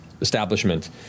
establishment